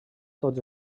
tots